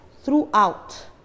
throughout